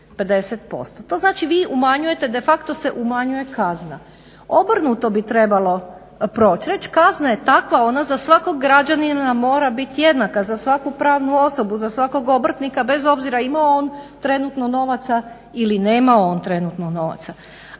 To znači vi umanjujete de facto se umanjuje kazna. Obrnuto bi trebalo prći, reć kazna je takva ona za svakog građanina mora bit jednaka, za svaku pravnu osobu, za svakog obrtnika bez obzira ima on trenutno novaca ili nema on trenutno novaca,